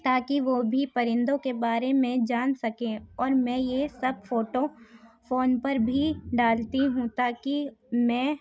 تاکہ وہ بھی پرندوں کے بارے میں جان سکیں اور میں یہ سب فوٹو فون پر بھی ڈالتی ہوں تاکہ میں